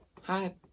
Hi